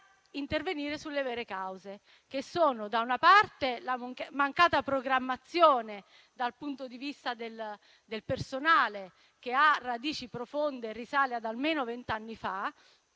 intervenire sulle vere cause che sono, da una parte, la mancata programmazione dal punto di vista del personale. Questo ha radici profonde e risale ad almeno vent'anni fa,